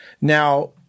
Now